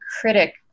critic